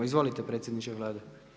Izvolite predsjedniče Vlade.